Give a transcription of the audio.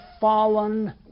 fallen